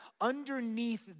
underneath